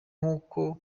nkuko